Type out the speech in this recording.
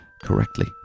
correctly